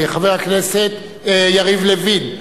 חבר הכנסת יריב לוין,